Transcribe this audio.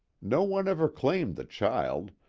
no one ever claimed the child,